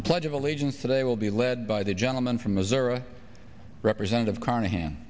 the pledge of allegiance today will be led by the gentleman from missouri representative carnahan